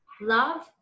love